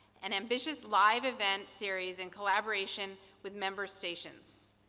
an ambitious live event series in collaboration with member stations.